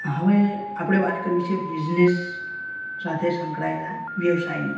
હવે આપણે વાત કરવી છે બિઝનેસ સાથે સંકળાયેલા વ્યવસાયની